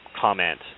comment